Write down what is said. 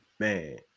man